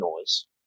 noise